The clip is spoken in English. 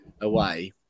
away